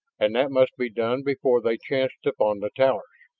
and that must be done before they chanced upon the towers!